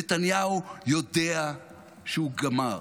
נתניהו יודע שהוא גמר.